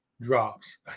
drops